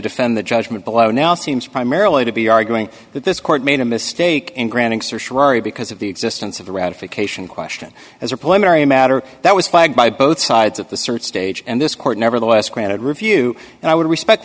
defend the judgment the law now seems primarily to be arguing that this court made a mistake in granting because of the existence of the ratification question as a ploy mary a matter that was flagged by both sides of the search stage and this court nevertheless granted review and i would respect